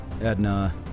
Edna